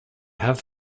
have